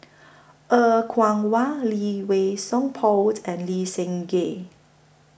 Er Kwong Wah Lee Wei Song Paul and Lee Seng Gee